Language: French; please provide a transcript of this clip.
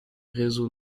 réseau